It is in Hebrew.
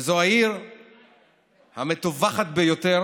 וזו העיר המטווחת ביותר